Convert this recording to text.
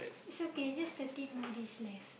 it's okay just thirteen more days left